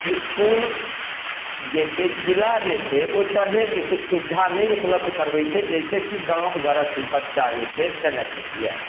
इसकुल जे छै जिला जे छै ओइ तरहके सुख सुविधा नहि उपलब्ध करबय छै जैसे कि गाम घरक बच्चा जे छै सेलेक्ट हुए